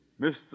Mr